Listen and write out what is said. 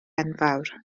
enfawr